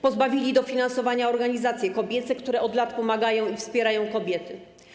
Pozbawili dofinansowania organizacje kobiece, które od lat pomagają i wspierają kobiety.